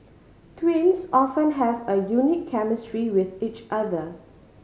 twins often have a unique chemistry with each other